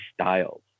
Styles